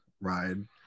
ride